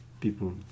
people